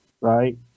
right